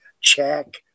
check